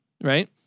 right